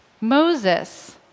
Moses